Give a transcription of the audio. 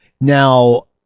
Now